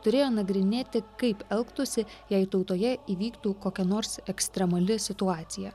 turėjo nagrinėti kaip elgtųsi jei tautoje įvyktų kokia nors ekstremali situacija